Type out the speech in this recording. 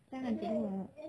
jangan tengok